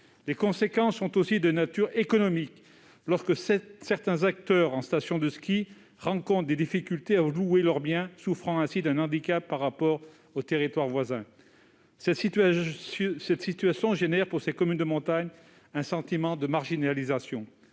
Les conséquences sont aussi de nature économique. En station de ski, certains acteurs rencontrent des difficultés pour louer leur bien, souffrant ainsi d'un handicap par rapport aux territoires voisins. Cette situation engendre, dans ces communes de montagne, un sentiment de marginalisation.